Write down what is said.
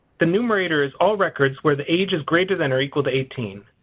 the numerator is all records where the age is greater than or equal to eighteen.